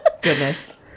Goodness